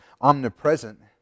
omnipresent